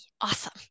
Awesome